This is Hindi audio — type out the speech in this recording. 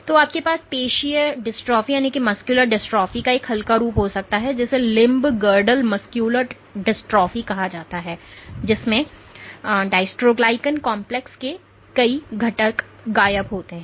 तो आपके पास पेशीय डिस्ट्रोफी का एक हल्का रूप हो सकता है जिसे लिम्ब गर्डल मस्कुलर डिस्ट्रॉफी कहा जाता है जिसमें डस्ट्रोग्लाइकन कॉम्प्लेक्स के कई घटक गायब होते हैं